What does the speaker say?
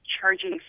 charging